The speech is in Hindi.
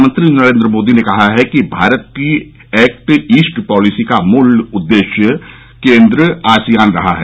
प्रधानमंत्री नरेंद्र मोदी ने कहा है कि भारत की एक्ट ईस्ट पॉलिसी का मूल केंद्र आसियान रहा है